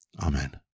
Amen